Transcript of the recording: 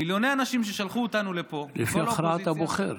מיליוני אנשים ששלחו אותנו לפה, לפי הכרעת הבוחר.